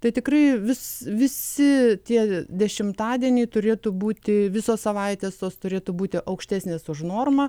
tai tikrai vis visi tie dešimtadieniai turėtų būti visos savaitės tos turėtų būti aukštesnės už normą